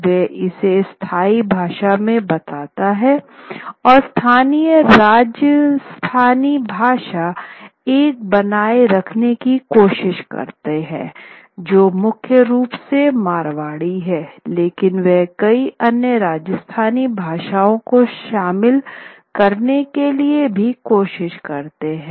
वह इसे स्थानीय भाषा में बताता है और स्थानीय राजस्थानी भाषा को बनाए रखने की कोशिश करते है जो मुख्य रूप से मारवाड़ी है लेकिन वह कई अन्य राजस्थानी भाषाओं को शामिल करने की भी कोशिश करते है